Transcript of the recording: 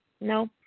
No